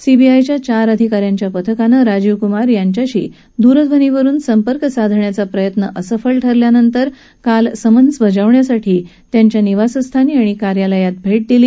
सीबीआयच्या चार अधिका यांच्या पथकानं राजीव कुमार यांच्याशी दूरध्वनीवरुन संपर्क साधण्याचा प्रयत्न असफल ठरल्यानंतर काल समन्स बजावण्यासाठी त्यांच्या निवासस्थानी आणि कार्यालयात भेट दिली